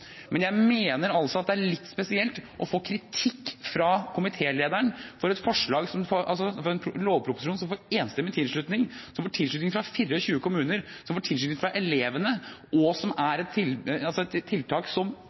men jeg mener at det er litt spesielt å få kritikk fra komitélederen for en lovproposisjon som får tilslutning fra en enstemmig komité, som får tilslutning fra 24 kommuner, som får tilslutning fra elevene, og som er et tiltak som